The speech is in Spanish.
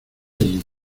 allí